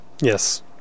yes